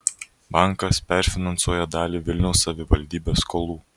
bankas perfinansuoja dalį vilniaus savivaldybės skolų